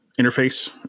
interface